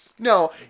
No